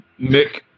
Mick